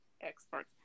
experts